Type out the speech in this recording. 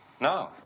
No